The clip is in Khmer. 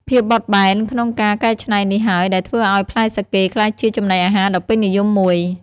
ភាពបត់បែនក្នុងការកែច្នៃនេះហើយដែលធ្វើឲ្យផ្លែសាកេក្លាយជាចំណីអាហារដ៏ពេញនិយមមួយ។